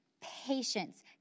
patience